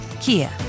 Kia